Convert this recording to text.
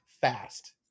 fast